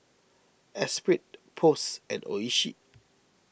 Espirit Post and Oishi